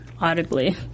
audibly